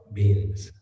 Beings